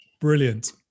Brilliant